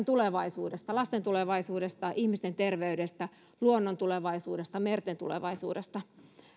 tulevaisuudesta lasten tulevaisuudesta ihmisten terveydestä luonnon tulevaisuudesta merten tulevaisuudesta